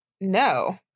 No